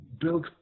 built